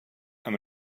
amb